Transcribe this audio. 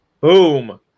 Boom